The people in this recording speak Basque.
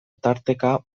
tarteka